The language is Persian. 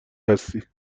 هستی